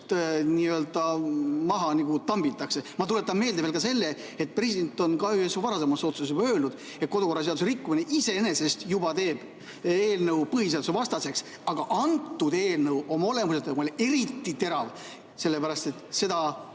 niimoodi maha tambitakse. Ma tuletan meelde veel selle, et president on ka juba ühes varasemas otsuses öelnud, et kodukorraseaduse rikkumine iseenesest juba teeb eelnõu põhiseaduse vastaseks. Aga antud eelnõu oma olemuselt on eriti terav, sellepärast et seda